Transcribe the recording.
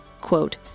Quote